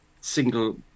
single